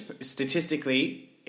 statistically